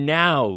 now